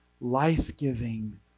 Life-giving